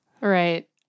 right